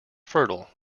fertile